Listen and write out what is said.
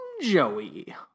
Joey